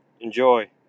enjoy